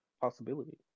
possibility